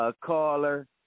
caller